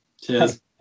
cheers